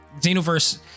xenoverse